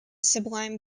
sublime